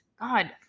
God